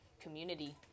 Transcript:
community